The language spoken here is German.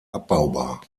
abbaubar